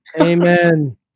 Amen